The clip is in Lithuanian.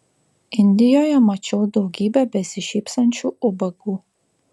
indijoje mačiau daugybę besišypsančių ubagų